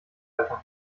einfach